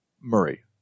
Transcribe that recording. Murray